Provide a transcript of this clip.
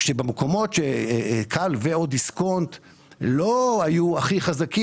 במקומות ש-כאל ו/או דיסקונט לא היו הכי חזקים,